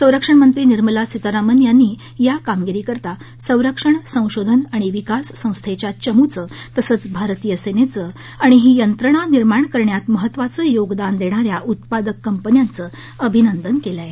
संरक्षणमंत्री निर्मला सितारामन यांनी या कामगिरीकरता संरक्षण संशोधन आणि विकास संस्थेच्या चमूचं तसंच भारतीय सेनंचं आणि ही यंत्रणा निर्माण करण्यात महत्त्वाचं योगदान देणा या उत्पादक कंपन्यांचं अभिनंदन केलं आहे